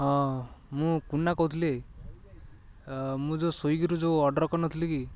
ହଁ ମୁଁ କୁନା କହୁଥିଲି ମୁଁ ଯେଉଁ ସ୍ଵିଗିରୁ ଯେଉଁ ଅର୍ଡ଼ର୍ କରିନଥିଲି କି